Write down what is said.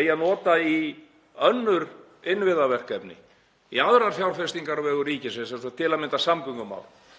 eigi að nota í önnur innviðaverkefni, í aðrar fjárfestingar á vegum ríkisins, eins og til að mynda samgöngumál,